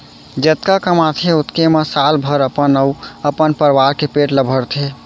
जतका कमाथे ओतके म साल भर अपन अउ अपन परवार के पेट ल भरथे